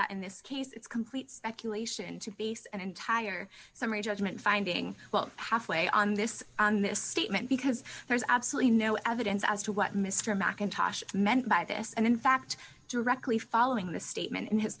that in this case it's complete speculation to base an entire summary judgment finding well halfway on this on this statement because there's absolutely no evidence as to what mr mackintosh meant by this and in fact directly following the statement in his